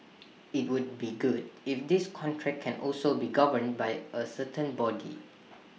IT would be good if this contract can also be governed by A certain body